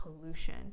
pollution